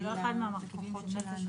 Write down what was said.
זה לא אחד מהכוחות שלנו.